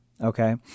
okay